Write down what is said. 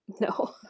No